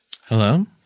Hello